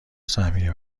سهمیه